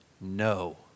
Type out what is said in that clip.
no